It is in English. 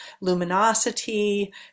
luminosity